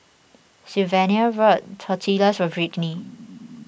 Sylvania bought Tortillas for Britany